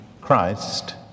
Christ